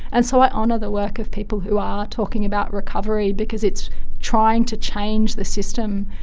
and so i honour the work of people who are talking about recovery because it's trying to change the system.